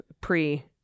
pre